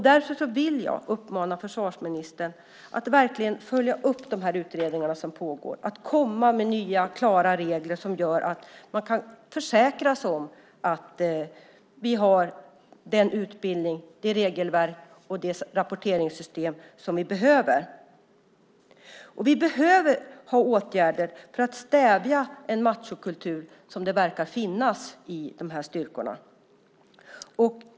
Därför vill jag uppmana försvarsministern att verkligen följa upp de utredningar som pågår och komma med nya, klara regler som gör att man kan försäkra sig om att vi har den utbildning, det regelverk och det rapporteringssystem som vi behöver. Vi behöver åtgärder för att stävja den machokultur som verkar finnas i de här styrkorna.